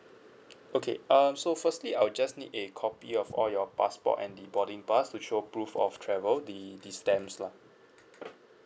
okay um so firstly I'll just need a copy of all your passport and the boarding pass to show proof of travel the the stamps lah